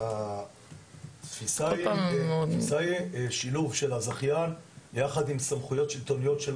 התפיסה היא שיהיה שילוב של הזכיין יחד עם סמכויות שלטוניות.